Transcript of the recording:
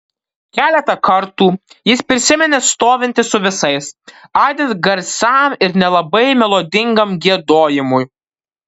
keletą kartų jis prisiminė stovintis su visais aidint garsiam ir nelabai melodingam giedojimui